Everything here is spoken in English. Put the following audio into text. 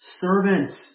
servants